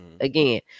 again